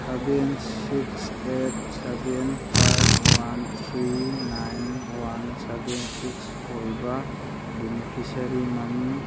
seven six eight seven five one three nine one seven six ꯑꯣꯏꯕ ꯕꯤꯅꯤꯐꯤꯁꯔꯤ ꯃꯃꯤꯡ